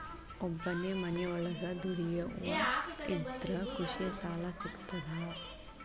ಒಬ್ಬನೇ ಮನಿಯೊಳಗ ದುಡಿಯುವಾ ಇದ್ರ ಕೃಷಿ ಸಾಲಾ ಸಿಗ್ತದಾ?